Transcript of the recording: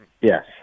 Yes